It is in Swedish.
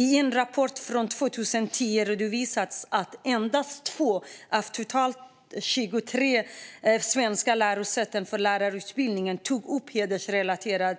I en rapport från 2010 redovisades att endast 2 av totalt 23 svenska lärosäten med lärarutbildning tog upp hedersrelaterat